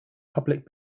public